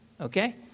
okay